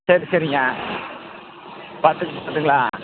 சரி சரிங்க